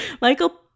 Michael